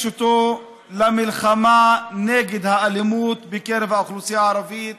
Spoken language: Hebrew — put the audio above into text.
למלחמה נגד האלימות בקרב האוכלוסייה הערבית,